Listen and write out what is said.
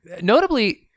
notably